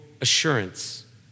assurance